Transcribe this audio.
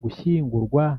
gushyingurwa